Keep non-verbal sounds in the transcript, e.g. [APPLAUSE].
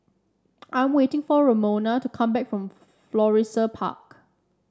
I'm waiting for Ramona to come back from [UNINTELLIGIBLE] Florissa Park